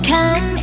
Come